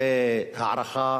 זאת הערכה